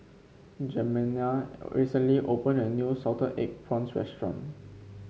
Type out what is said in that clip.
Jemima recently opened a new Salted Egg Prawns restaurant